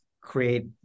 create